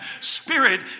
Spirit